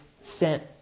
sent